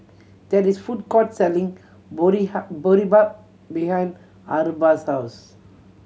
there is a food court selling Boribap behind Arba's house